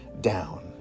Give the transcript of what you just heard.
down